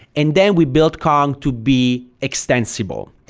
and then we built kong to be extensible.